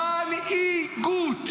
מנ-הי-גות.